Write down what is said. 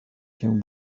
can